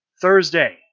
thursday